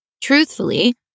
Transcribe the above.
Truthfully